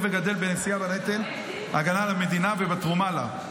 וגדל בנשיאה בנטל ההגנה על המדינה ובתרומה לה,